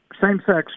same-sex